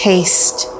Taste